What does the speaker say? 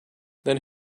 then